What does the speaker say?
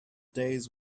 days